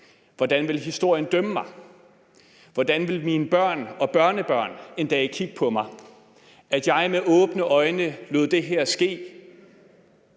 burde være her i fremtiden? Hvordan ville mine børn og børnebørn en dag kigge på mig, hvis jeg med åbne øjne lod det her ske